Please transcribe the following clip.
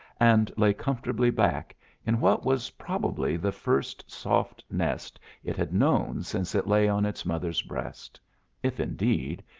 and lay comfortably back in what was probably the first soft nest it had known since it lay on its mother's breast if, indeed,